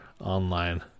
online